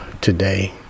today